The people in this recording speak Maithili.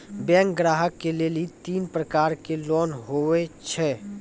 बैंक ग्राहक के लेली तीन प्रकर के लोन हुए छै?